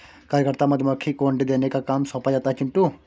कार्यकर्ता मधुमक्खी को अंडे देने का काम सौंपा जाता है चिंटू